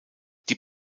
die